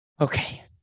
Okay